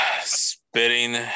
spitting